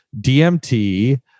DMT